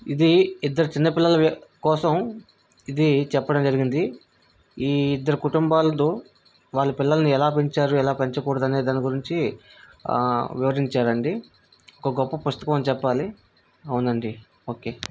ఇది ఇద్దరు చిన్నపిల్లల కోసం ఇది చెప్పడం జరిగింది ఈ ఇద్దరు కుటుంబాలతో వాళ్ళ పిల్లలని ఎలా పెంచారు ఎలా పెంచకూడదని దాని గురించి వివరించారు అండి ఒక గొప్ప పుస్తకం అని చెప్పాలి అవును అండి ఓకే